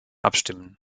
abstimmen